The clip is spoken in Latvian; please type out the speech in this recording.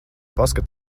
paskat